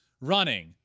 running